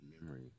memory